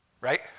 Right